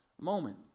moment